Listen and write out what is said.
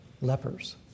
lepers